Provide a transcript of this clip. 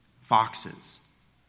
foxes